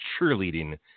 cheerleading